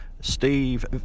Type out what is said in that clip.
Steve